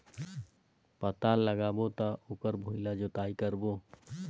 पातल लगाबो त ओकर भुईं ला जोतई करबो?